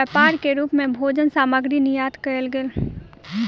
व्यापार के रूप मे भोजन सामग्री निर्यात कयल गेल